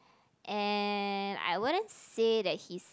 and I wouldn't say that his